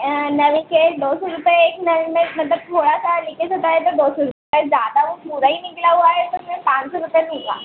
नल के दो सौ रुपये एक नल में मतलब थोड़ा सा लीकेज होता है तो दो सौ रुपये और ज़्यादा पूरा ही निकला हुआ है तो मई पाँच सौ रुपये लूँगा